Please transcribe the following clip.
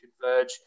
Converge